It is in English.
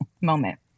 moment